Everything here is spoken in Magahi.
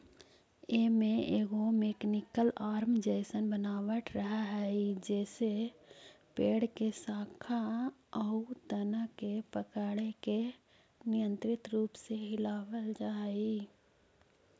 एमे एगो मेकेनिकल आर्म जइसन बनावट रहऽ हई जेसे पेड़ के शाखा आउ तना के पकड़के नियन्त्रित रूप से हिलावल जा हई